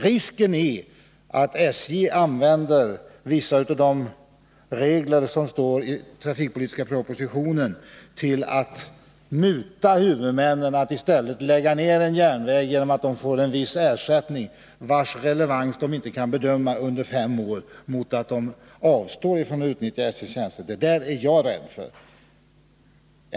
Risken är att SJ använder vissa av de regler som anges i den trafikpolitiska propositionen till att muta huvudmännen att lägga ner en järnväg, genom att de får en viss ersättning under fem år, vars relevans de inte kan bedöma. Denna ersättning får de alltså mot att de avstår från att utnyttja SJ:s tjänster. Det är jag rädd för.